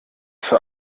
für